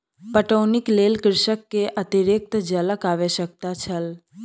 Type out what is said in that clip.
पटौनीक लेल कृषक के अतरिक्त जलक आवश्यकता छल